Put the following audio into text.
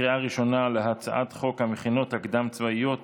בקריאה ראשונה על הצעת החוק המכינות הקדם-צבאיות